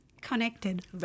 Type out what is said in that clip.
connected